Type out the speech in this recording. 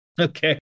Okay